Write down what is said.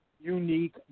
unique